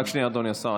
רק שנייה, אדוני השר.